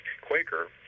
Quaker